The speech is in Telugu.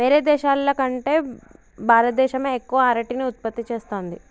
వేరే దేశాల కంటే భారత దేశమే ఎక్కువ అరటిని ఉత్పత్తి చేస్తంది